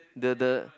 the the